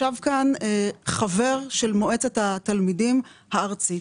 ישב כאן חבר של מועצת התלמידים הארצית.